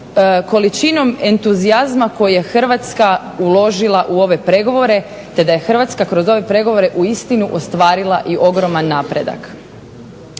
količinom entuzijazma koju je Hrvatska uložila u ove pregovore te da je Hrvatska kroz ove pregovore ostvarila ogroman napredak.